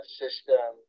system